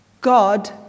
God